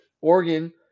Oregon